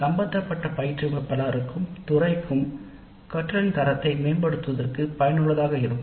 சம்பந்தப்பட்ட பயிற்றுவிப்பாளர் மற்றும் கற்றல் தரத்தை மேம்படுத்துவதில் மிகவும் உறுதுணையாக இருக்கும்